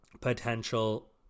potential